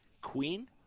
queen